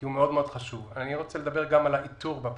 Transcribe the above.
אני רוצה לדבר גם על האיתור בפריפריה.